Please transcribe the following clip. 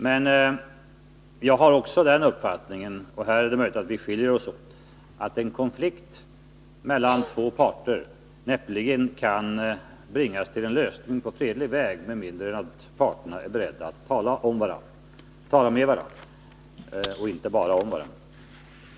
Men jag har också den uppfattningen — och här är det möjligt att vi skiljer oss åt — att en konflikt mellan två parter näppeligen kan bringas till en lösning på fredlig väg med mindre än att parterna är beredda att tala med varandra och inte bara om varandra.